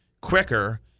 quicker